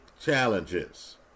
challenges